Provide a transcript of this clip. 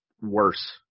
worse